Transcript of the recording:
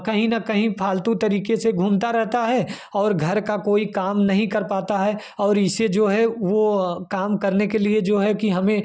कहीं ना कहीं फालतू तरीके से घूमता रहता है और घर का कोई काम नहीं कर पाता है और इसे जो है वह काम करने के लिए जो है कि हमें